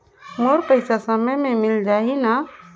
मोर पइसा समय पे मिल जाही न?